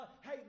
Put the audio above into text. hey